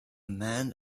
man